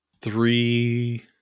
three